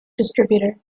distributor